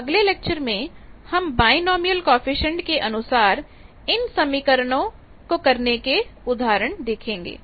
तो अगले लेक्चर में हम बायनॉमिनल कॉएफिशिएंट के अनुसार इन समीकरणों करने के उदाहरण देखेंगे